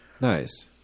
Nice